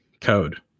code